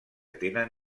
tenen